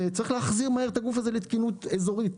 וצריך להחזיר מהר את הגוף הזה לתקינות אזורית.